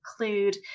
include